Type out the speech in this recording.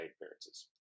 appearances